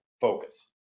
focus